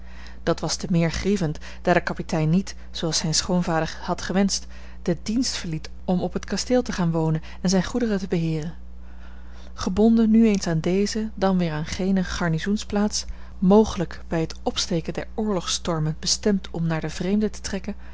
dat was te meer grievend daar de kapitein niet zooals zijn schoonvader had gewenscht den dienst verliet om op het kasteel te gaan wonen en zijne goederen te beheeren gebonden nu eens aan deze dan weer aan gene garnizoensplaats mogelijk bij het opsteken der oorlogsstormen bestemd om naar den vreemde te trekken